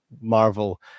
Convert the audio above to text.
Marvel